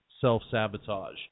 self-sabotage